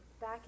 back